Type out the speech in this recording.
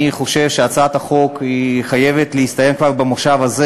אני חושב שהצעת החוק חייבת להסתיים כבר במושב הזה.